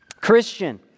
Christian